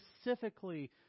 specifically